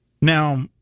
now